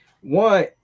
One